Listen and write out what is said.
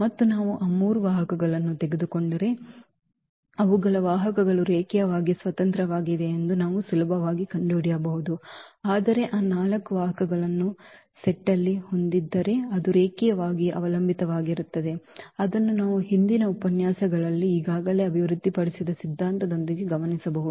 ಮತ್ತು ನಾವು ಆ 3 ವಾಹಕಗಳನ್ನು ತೆಗೆದುಕೊಂಡರೆ ಅವುಗಳ ವಾಹಕಗಳು ರೇಖೀಯವಾಗಿ ಸ್ವತಂತ್ರವಾಗಿವೆ ಎಂದು ನಾವು ಸುಲಭವಾಗಿ ಕಂಡುಹಿಡಿಯಬಹುದು ಆದರೆ ಆ 4 ವಾಹಕಗಳನ್ನು ಸೆಟ್ನಲ್ಲಿ ಹೊಂದಿದ್ದರೆ ಅದು ರೇಖೀಯವಾಗಿ ಅವಲಂಬಿತವಾಗಿರುತ್ತದೆ ಅದನ್ನೂ ನಾವು ಹಿಂದಿನ ಉಪನ್ಯಾಸಗಳಲ್ಲಿ ಈಗಾಗಲೇ ಅಭಿವೃದ್ಧಿಪಡಿಸಿದ ಸಿದ್ಧಾಂತದೊಂದಿಗೆ ಗಮನಿಸಬಹುದು